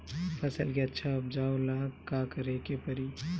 फसल के अच्छा उपजाव ला का करे के परी?